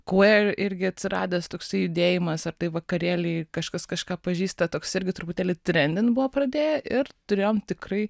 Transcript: queer irgi atsiradęs toksai judėjimas ar tai vakarėliai kažkas kažką pažįsta toks irgi truputėlį trendint buvo pradėję ir turėjom tikrai